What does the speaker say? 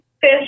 fish